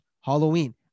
Halloween